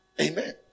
Amen